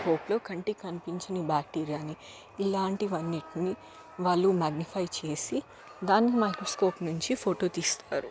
మైక్రోస్కోప్లో కంటికి కనిపించని బ్యాక్టీరియాని ఇలాంటి వాటన్నింటినీ వాళ్ళు మ్యాగ్నిఫై చేసి దాన్ని మైక్రోస్కోప్ నుంచి ఫోటో తీస్తారు